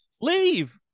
Leave